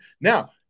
Now